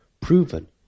proven